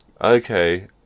Okay